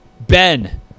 ben